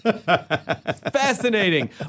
Fascinating